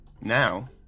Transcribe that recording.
Now